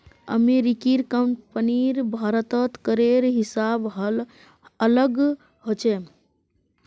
अमेरिकी कंपनीर भारतत करेर हिसाब अलग ह छेक